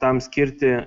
tam skirti